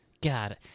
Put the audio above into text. God